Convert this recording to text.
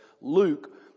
Luke